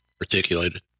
articulated